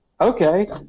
okay